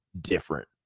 different